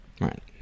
Right